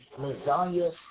lasagna